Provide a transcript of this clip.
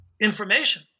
information